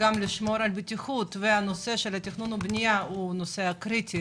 לשמור גם על בטיחות והנושא של תכנון ובנייה הוא נושא קריטי